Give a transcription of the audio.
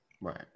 Right